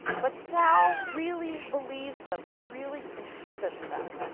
but sal really believes them and really inhabits them.